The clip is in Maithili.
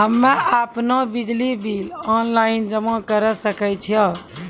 हम्मे आपनौ बिजली बिल ऑनलाइन जमा करै सकै छौ?